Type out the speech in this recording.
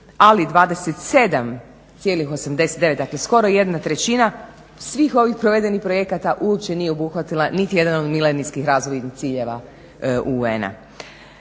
ali 27,89 skoro jedna trećina svih ovih provedenih projekata uopće nije obuhvatila niti jedan od milenijskih razvojnih ciljeva UN-a.